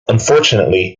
unfortunately